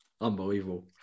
Unbelievable